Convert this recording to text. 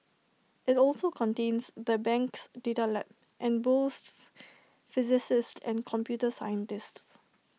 IT also contains the bank's data lab and boasts physicists and computer scientists